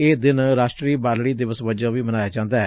ਇਹ ਦਿਨ ਰਾਸ਼ਟਰੀ ਬਾਲੜੀ ਦਿਵਸ ਵਜੋਂ ਵੀ ਮਨਾਇਆ ਜਾਂਦੈ